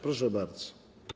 Proszę bardzo.